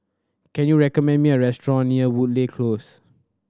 can you recommend me a restaurant near Woodleigh Close